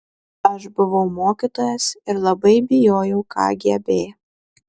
aš buvau mokytojas ir labai bijojau kgb